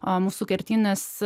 o mūsų kertinės